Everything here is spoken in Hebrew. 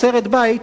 תוצרת בית.